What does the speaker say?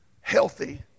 healthy